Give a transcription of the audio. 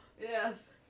Yes